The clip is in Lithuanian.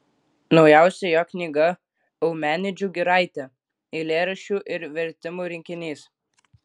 naujausia jo knyga eumenidžių giraitė eilėraščių ir vertimų rinkinys